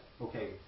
Okay